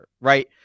right